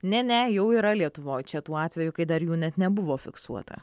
ne ne jau yra lietuvoj čia tų atvejų kai dar jų net nebuvo fiksuota